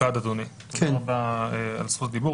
תודה רבה על זכות הדיבור,